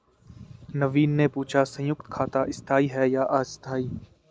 नवीन ने पूछा संयुक्त खाता स्थाई है या अस्थाई